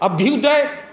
Abhyuday